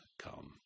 come